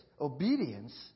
Obedience